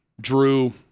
Drew